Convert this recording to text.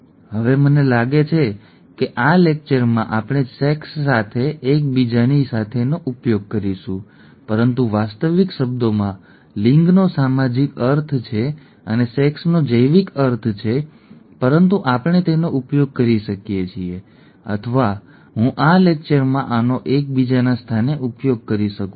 હવે લિંગ મને લાગે છે કે આ લેક્ચરમાં આપણે સેક્સ સાથે એકબીજાની સાથે ઉપયોગ કરીશું પરંતુ વાસ્તવિક શબ્દોમાં લિંગનો સામાજિક અર્થ છે અને સેક્સનો જૈવિક અર્થ છે પરંતુ આપણે તેનો ઉપયોગ કરી શકીએ છીએ અથવા હું આ લેક્ચરમાં આનો એકબીજાના સ્થાને ઉપયોગ કરી શકું છું